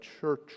church